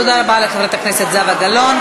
תודה רבה לחברת הכנסת זהבה גלאון.